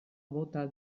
bota